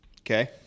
Okay